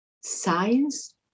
science